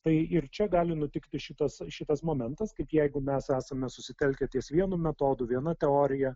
tai ir čia gali nutikti šitas šitas momentas kad jeigu mes esame susitelkę ties vienu metodu viena teorija